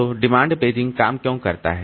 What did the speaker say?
तो demand paging काम क्यों करता है